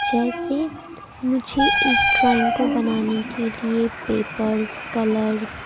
جیسے مجھے اس ڈرائنگ کو بنانے کے لیے پیپرس کلرس